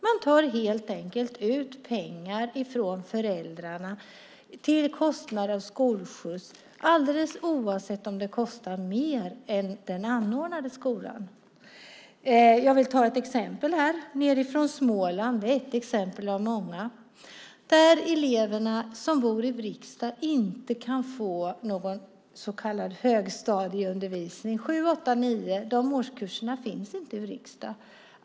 Man tar helt enkelt ut pengar från föräldrarna för kostnad för skolskjuts alldeles oavsett om det kostar mer än till den anordnade skolan. Jag vill ta ett exempel nerifrån Småland. Det är ett exempel av många. De elever som bor i Vrigstad kan inte få någon högstadieundervisning. Årskurserna 7, 8 och 9 finns inte i Vrigstad.